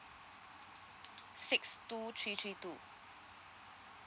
six two three three two